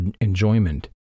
enjoyment